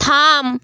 থাম